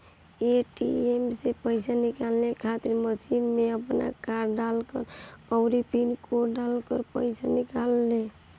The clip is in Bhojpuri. ए.टी.एम से पईसा निकाले खातिर मशीन में आपन कार्ड डालअ अउरी पिन कोड डालके पईसा निकाल लअ